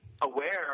aware